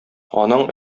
анаң